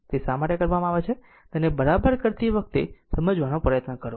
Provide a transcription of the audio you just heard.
તે શા માટે કરવામાં આવે છે તેને બરાબર કરતી વખતે સમજવાનો પ્રયત્ન કરો